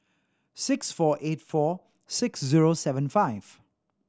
six four eight four six zero seven five